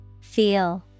Feel